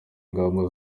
ingamba